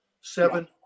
seven